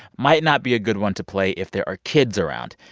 might not be a good one to play if there are kids around.